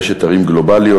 רשת ערים גלובלית.